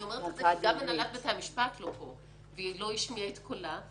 אני אומרת את זה כי גם הנהלת בתי המשפט לא פה ולא ישמעו את קולה.